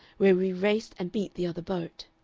where we raced and beat the other boat.